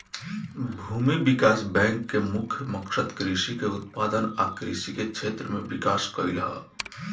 भूमि विकास बैंक के मुख्य मकसद कृषि के उत्पादन आ कृषि के क्षेत्र में विकास कइल ह